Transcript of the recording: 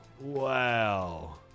Wow